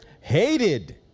Hated